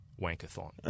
wankathon